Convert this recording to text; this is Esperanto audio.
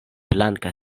blanka